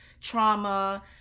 trauma